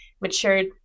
matured